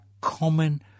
common